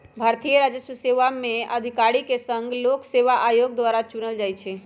भारतीय राजस्व सेवा में अधिकारि के संघ लोक सेवा आयोग द्वारा चुनल जाइ छइ